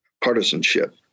partisanship